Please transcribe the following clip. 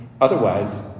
Otherwise